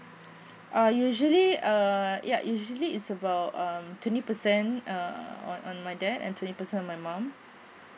uh usually uh ya usually is about um twenty percent err on on my dad and twenty percent on my mum